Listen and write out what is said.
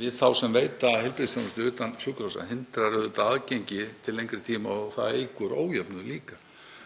við þá sem veita heilbrigðisþjónustu utan sjúkrahúsa hindrar aðgengi til lengri tíma og það eykur líka